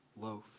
loaf